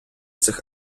цих